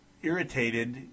irritated